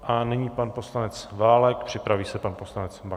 A nyní pan poslanec Válek, připraví se pan poslanec Baxa.